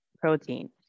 protein